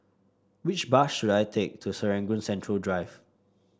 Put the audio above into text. which bus should I take to Serangoon Central Drive